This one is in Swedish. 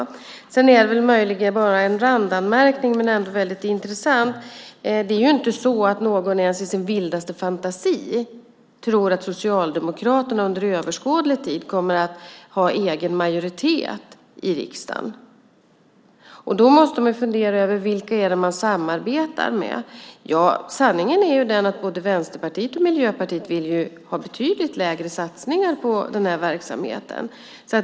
Följande är möjligen bara en randanmärkning men ändå intressant. Det finns ingen som ens i sin vildaste fantasi tror att Socialdemokraterna under överskådlig tid kommer att ha egen majoritet. Då måste man fundera över vilka ni samarbetar med. Sanningen är att både Vänsterpartiet och Miljöpartiet vill satsa betydligt mindre på denna verksamhet.